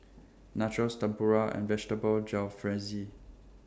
Nachos Tempura and Vegetable Jalfrezi